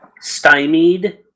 stymied